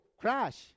crash